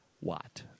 Watt